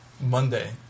Monday